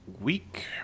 week